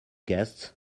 guests